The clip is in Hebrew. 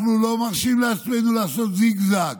אנחנו לא מרשים לעצמנו לעשות זיג-זג,